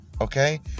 Okay